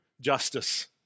justice